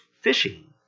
fishing